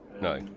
no